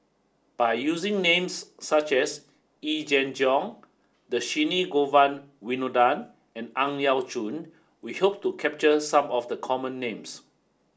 by using names such as Yee Jenn Jong Dhershini Govin Winodan and Ang Yau Choon we hope to capture some of the common names